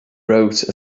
wrote